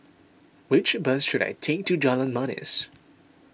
which bus should I take to Jalan Manis